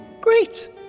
Great